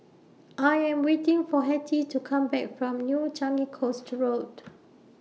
I Am waiting For Hetty to Come Back from New Changi Coast Road